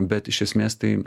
bet iš esmės tai